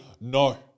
no